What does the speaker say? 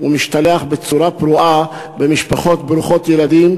ומשתלח בצורה פרועה במשפחות ברוכות ילדים,